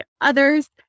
others